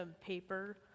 paper